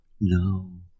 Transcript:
No